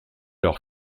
leurs